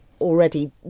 already